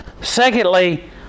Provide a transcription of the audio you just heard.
Secondly